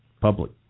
public